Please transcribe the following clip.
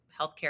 healthcare